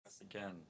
again